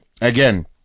again